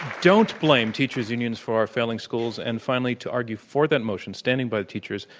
don't blame teachers unions for our failing schools, and finally, to argue for that motion, standing by the teachers,